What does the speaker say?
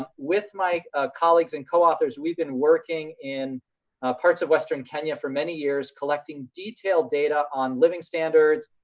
with my colleagues and co-authors, we've been working in parts of western kenya for many years, collecting detailed data on living standards,